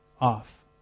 off